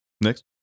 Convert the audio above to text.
Next